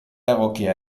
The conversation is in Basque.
egokia